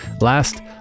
Last